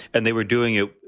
and they were doing it,